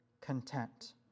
content